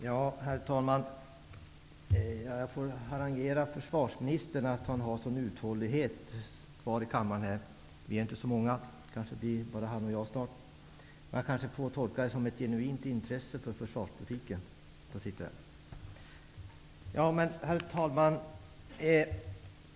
Herr talman! Jag får harangera försvarsministern för att han är så uthållig och fortfarande är kvar i kammaren. Vi är inte så många här, och kanske är det snart bara han och jag kvar. Jag får tolka det som ett genuint intresse för försvarspolitiken. Herr talman!